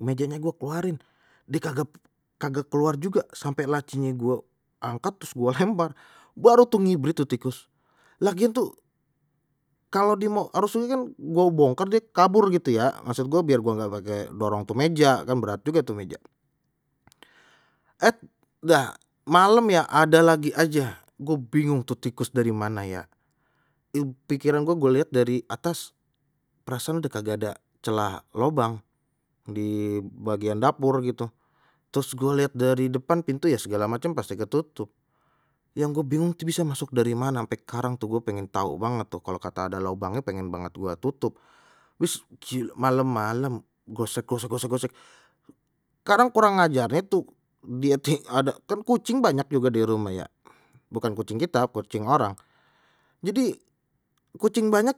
Mejanye gua keluarin die kagak kagak keluar juga, sampai lacinye gua angkat trus gua lempar baru tuh ngibrit tu tikus, lagian tuh kalau dia mau harusnye kan gue bongkar die kabur gitu ya maksud gua biar gua nggak pakai dorong tu meja kan berat juga tuh meja, eh dah malam ya ada lagi aja gue bingung tuh tikus dari mana ya, pikiran gue gue lihat dari atas perasaan udah kagak ada celah lobang di bagian dapur gitu, terus gue lihat dari depan pintu ya segala macem pasti ketutup yang gue bingung tu bisa masuk dari mana, ampe sekarang tuh gue pengen tahu banget tuh kalau kata ada lobangnya pengen banget gua tutup, malem-malam gosek gosek gosek gosek sekarang kurang ajar tu dia ada kan kucing banyak juga di rumah ya, bukan kucing kita kucing orang jadi kucing banyak